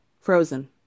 Frozen